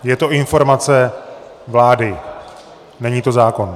Je to informace vlády, není to zákon.